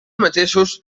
mateixos